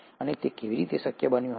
અને તે કેવી રીતે શક્ય બન્યું હશે